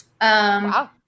Wow